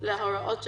להוראות שבתקש"ח,